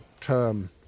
term